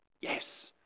Yes